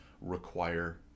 require